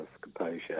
composure